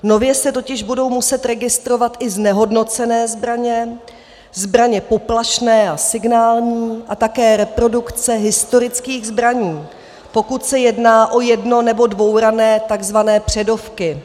Nově se totiž budou muset registrovat i znehodnocené zbraně, zbraně poplašné a signální a také reprodukce historických zbraní, pokud se jedná o jedno nebo dvouranné tzv. předovky.